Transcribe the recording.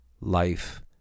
life